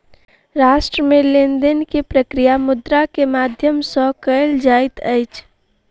राष्ट्र मे लेन देन के प्रक्रिया मुद्रा के माध्यम सॅ कयल जाइत अछि